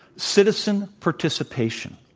citizen participation.